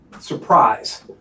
surprise